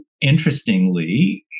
interestingly